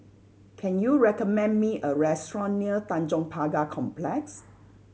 can you recommend me a restaurant near Tanjong Pagar Complex